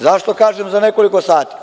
Zašto kažem za nekoliko sati?